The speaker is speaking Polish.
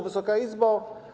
Wysoka Izbo!